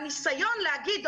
הניסיון להגיד,